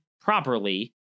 properly